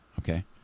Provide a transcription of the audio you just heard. Okay